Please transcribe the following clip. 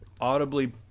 audibly